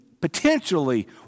potentially